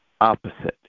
opposite